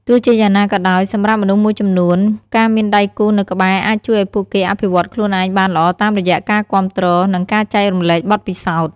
ទោះជាយ៉ាងណាក៏ដោយ សម្រាប់មនុស្សមួយចំនួន ការមានដៃគូនៅក្បែរអាចជួយឱ្យពួកគេអភិវឌ្ឍខ្លួនឯងបានល្អតាមរយៈការគាំទ្រ និងការចែករំលែកបទពិសោធន៍។